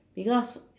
because